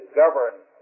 govern